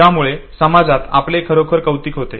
ज्यामुळे समाजात आपले खरोखर कौतुक होते